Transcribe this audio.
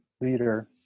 leader